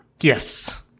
Yes